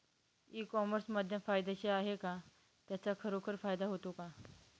E commerce माध्यम फायद्याचे आहे का? त्याचा खरोखर फायदा होतो का?